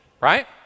right